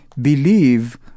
believe